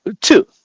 two